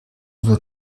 wohl